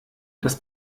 das